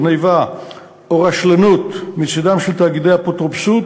גנבה או רשלנות מצדם של תאגידי אפוטרופסות,